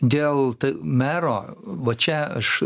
dėl mero va čia aš